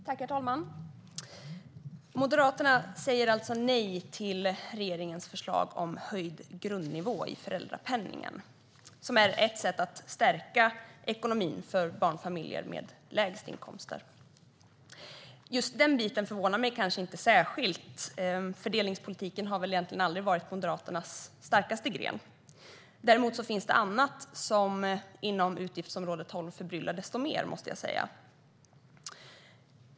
Herr talman! Moderaterna säger alltså nej till regeringens förslag om höjd grundnivå i föräldrapenningen, som är ett sätt att stärka ekonomin för de barnfamiljer som har lägst inkomster. Just den biten förvånar mig inte särskilt - fördelningspolitik har väl aldrig varit Moderaternas starkaste gren. Det finns annat inom utgiftsområde 12 som förbryllar desto mer, måste jag säga.